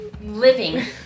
living